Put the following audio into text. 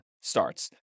starts